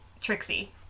Trixie